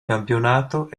campionato